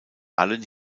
allen